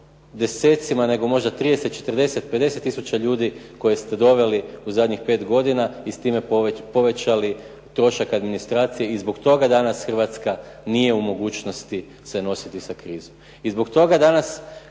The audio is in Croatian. desecima, nego možda 30, 40, 50 tisuća ljudi koje ste doveli u zadnjih pet godina i s time povećali trošak administracije i zbog toga danas Hrvatska nije u mogućnosti se nositi sa krizom.